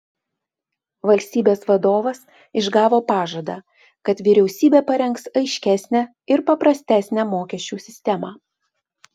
valstybės vadovas išgavo pažadą kad vyriausybė parengs aiškesnę ir paprastesnę mokesčių sistemą